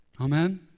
Amen